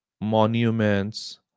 monuments